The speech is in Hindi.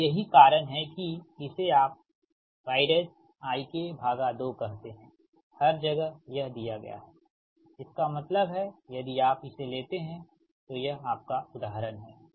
तो यही कारण है कि इसे आप yik2 कहते है हर जगह यह दिया गया है इसका मतलब है यदि आप इसे लेते हैतो यह आपका उदाहरण हैं